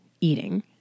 eating